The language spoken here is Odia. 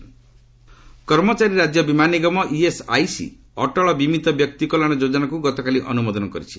ଇଏସ୍ଆଇ ସ୍କିମ୍ କର୍ମଚାରୀ ରାଜ୍ୟ ବୀମା ନିଗମ ଇଏସ୍ଆଇସି ଅଟଳ ବୀମିତ ବ୍ୟକ୍ତି କଲ୍ୟାଣ ଯୋଜନାକୁ ଗତକାଲି ଅନୁମୋଦନ କରିଛି